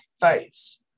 face